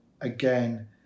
again